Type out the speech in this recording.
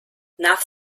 nach